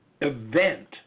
event